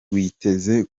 witeze